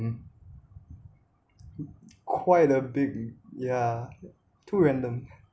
quite a big yeah too random